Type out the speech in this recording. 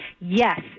yes